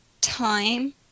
time